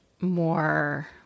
more